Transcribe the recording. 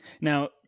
Now